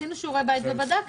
עשינו שיעורי בית ובדקנו.